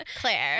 Claire